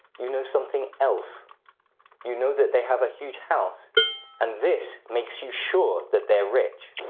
you know something else you know that they have a huge house and this makes you sure that they're rich.